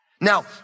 Now